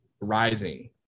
rising